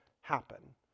happen